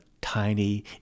tiny